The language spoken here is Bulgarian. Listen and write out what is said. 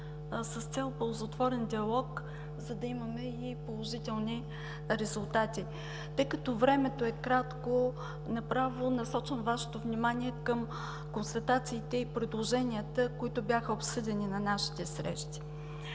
с цел ползотворен диалог, за да имаме и положителни резултати. Тъй като времето е кратко, направо насочвам Вашето внимание към констатациите и предложенията, които бяха обсъдени на нашите срещи.